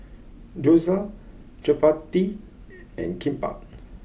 Gyoza Chapati and Kimbap